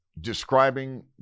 describing